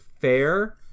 fair